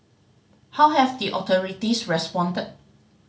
how have the authorities responded